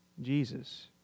Jesus